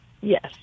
Yes